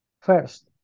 First